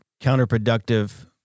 counterproductive